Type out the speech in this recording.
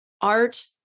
art